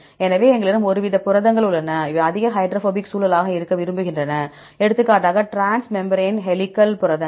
எனவே எங்களிடம் ஒருவித புரதங்கள் உள்ளன அவை அதிக ஹைட்ரோபோபிக் சூழலாக இருக்க விரும்புகின்றன எடுத்துக்காட்டாக டிரான்ஸ்மேம்பிரேன் ஹெலிகல் புரதங்கள்